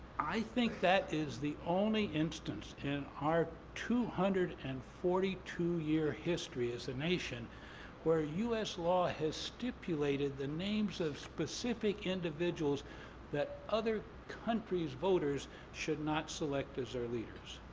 i think that is the only instance in our two hundred and forty two year history as a nation where u s. law has stipulated the names of specific individuals that other countries' voters should not select as their leaders.